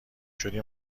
شدی